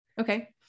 Okay